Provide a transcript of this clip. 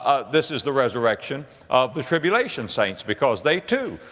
ah this is the resurrection of the tribulation saints, because they too,